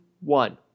one